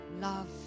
love